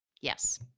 Yes